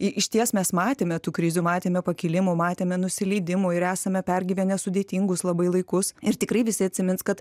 į išties mes matėme tų krizių matėme pakilimų matėme nusileidimų ir esame pergyvenę sudėtingus labai laikus ir tikrai visi atsimins kad